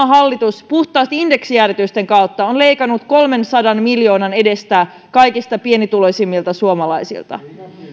hallitus puhtaasti indeksijäädytysten kautta on leikannut kolmensadan miljoonan edestä kaikista pienituloisimmilta suomalaisilta